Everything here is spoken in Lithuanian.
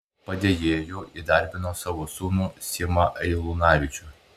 padėjėju įdarbino savo sūnų simą eilunavičių